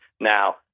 now